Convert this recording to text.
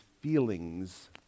feelings